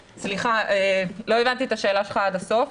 סליחה, לא הבנתי את השאלה שלך עד הסוף.